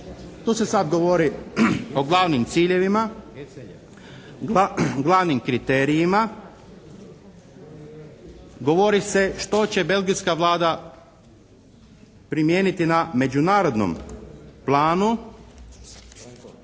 Tu se sad govori o glavnim ciljevima, glavnim kriterijima, govori se što će belgijska Vlada primijeniti na međunarodnom planu,